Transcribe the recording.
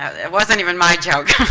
it wasn't even my joke,